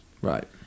Right